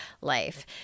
life